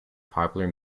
popular